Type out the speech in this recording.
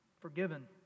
forgiven